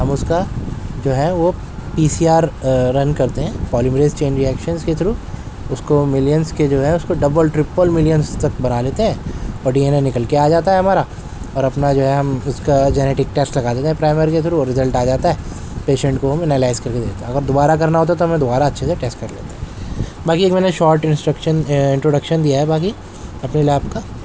ہم اس کا جو ہے وہ پی سی آر رن کرتے ہیں پالیبلیز چینج ریئیکشن کے تھرو اس کو ملینس کے جو ہے اس کو ڈبل ٹریپل ملینس تک بنا لیتے ہیں اور ڈی این اے نکل کے آ جاتا ہے ہمارا اور اپنا جو ہے ہم اس کا جنیٹنک ٹیسٹ لگا دیتے ہیں پرائمر کے تھرو اور رزلٹ آ جاتا ہے پیشنٹ کو ہم اینالائس کر کے دیتے ہیں اگر دوبارہ کرنا ہوتا ہے تو ہمیں دوبارہ اچھے سے ٹیسٹ کر لیتے ہیں باقی ایک مہینے شارٹ انسٹرکشن انٹروڈکشن دیا ہے باقی اپنی لیب کا